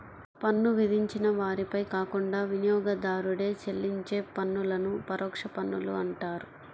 పన్ను విధించిన వారిపై కాకుండా వినియోగదారుడే చెల్లించే పన్నులను పరోక్ష పన్నులు అంటారు